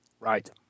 Right